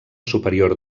superior